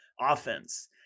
offense